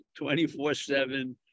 24-7